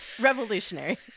revolutionary